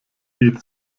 geht